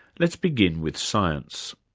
let's begin with science.